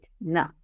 No